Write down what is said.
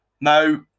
Now